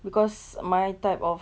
because my type of